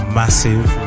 massive